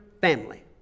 family